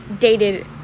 dated